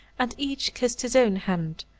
and each kissed his own hand,